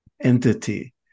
entity